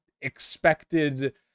expected